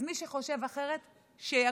אז מי שחושב אחרת שיקום.